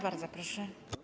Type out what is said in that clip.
Bardzo proszę.